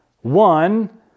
one